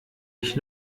ich